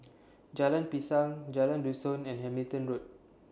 Jalan Pisang Jalan Dusun and Hamilton Road